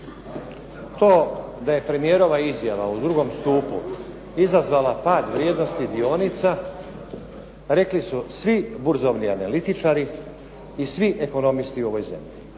To da je premijerova izjava o drugom stupu izazvala pad vrijednosti dionica, rekli su svi burzovni analitičari i svi ekonomisti u ovoj zemlji.